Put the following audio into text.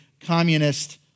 communist